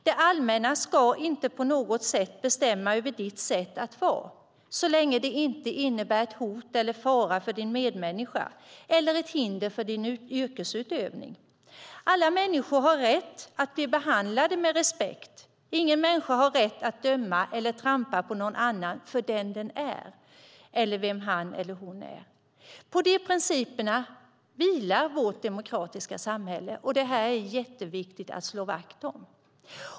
Det allmänna ska inte på något sätt bestämma över ditt sätt att vara så länge det inte innebär ett hot eller fara för din medmänniska eller ett hinder för din yrkesutövning. Alla människor har rätt att bli behandlade med respekt. Ingen människa har rätt att döma eller trampa på någon annan för den han eller hon är. På dessa principer vilar vårt demokratiska samhälle. Det är jätteviktigt att slå vakt om.